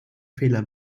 fehler